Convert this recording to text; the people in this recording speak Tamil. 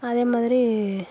அதே மாதிரி